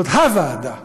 זאת הוועדה.